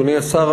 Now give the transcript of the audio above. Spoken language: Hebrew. אדוני השר,